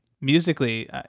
musically